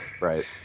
right